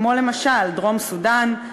כמו למשל דרום-סודאן,